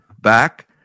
back